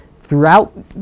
throughout